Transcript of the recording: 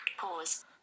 Pause